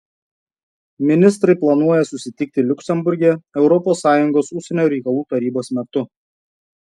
ministrai planuoja susitikti liuksemburge europos sąjungos užsienio reikalų tarybos metu